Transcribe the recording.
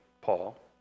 Paul